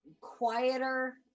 quieter